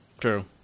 True